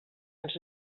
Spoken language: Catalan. ens